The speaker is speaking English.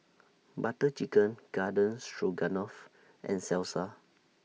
Butter Chicken Garden Stroganoff and Salsa